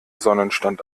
sonnenstand